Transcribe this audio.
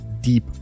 Deep